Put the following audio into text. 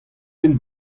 benn